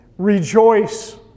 Rejoice